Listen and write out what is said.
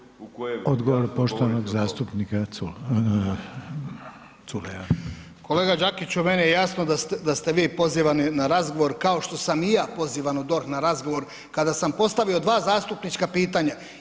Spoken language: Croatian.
Kolega Đakiću meni je jasno da ste vi pozivani na razgovor kao što sam i ja pozivan u DORH na razgovor kada sam postavio dva zastupnička pitanja.